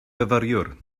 fyfyriwr